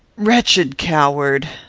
wretched coward!